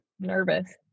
Nervous